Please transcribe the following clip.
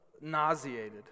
nauseated